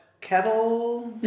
Kettle